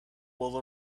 will